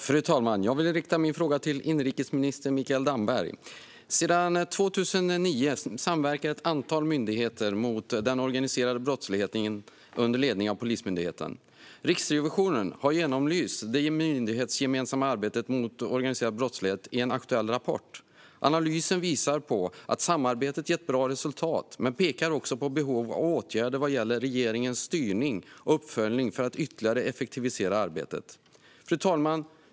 Fru talman! Jag vill rikta min fråga till inrikesminister Mikael Damberg. Sedan 2009 samverkar ett antal myndigheter mot den organiserade brottsligheten under ledning av Polismyndigheten. Riksrevisionen har genomlyst det myndighetsgemensamma arbetet mot organiserad brottslighet i en aktuell rapport. Analysen visar på att samarbetet ger ett bra resultat men pekar också på behov av åtgärder vad gäller regeringens styrning och uppföljning för att ytterligare effektivisera arbetet. Fru talman!